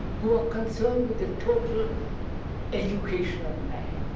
who are concerned with the total education of man.